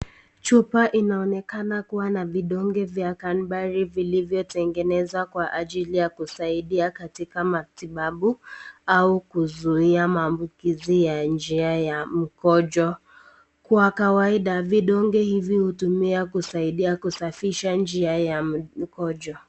Chupa inaonekana kuwa na vidonge vya cranberry vilivyotengenezwa kwa ajili ya kusaidia katika matibabu au kuzuia maambukizi ya njia mkojo. Kwa kawaida vidonge hivi hutumiwa kusaidia kusafisha njia ya mkojo.